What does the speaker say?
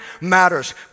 matters